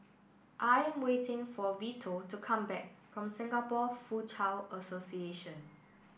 I am waiting for Vito to come back from Singapore Foochow Association